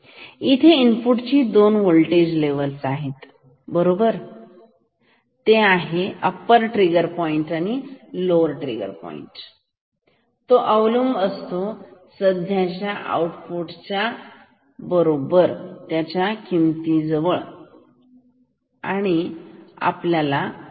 इथे इनपुट ची दोन वोल्टेज लेवल बरोबर तुलना करेल जे आहे अप्पर ट्रिगर पॉईंट आणि लोवर ट्रिगर पॉईंट तो अवलंबून असेल सध्याच्या आउटपुटच्या किमतीवर ठीक आहे